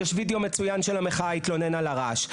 יש וידאו מצוין של המחאה, התלונן על הרעש.